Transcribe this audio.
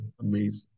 amazing